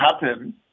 happen